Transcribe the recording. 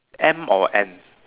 M or N